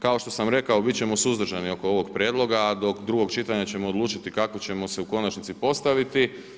Kao što sam rekao, bit ćemo suzdržani oko ovog prijedloga, do drugog čitanja ćemo odlučiti kako ćemo se u konačnici postaviti.